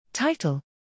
Title